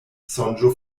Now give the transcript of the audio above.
sonĝo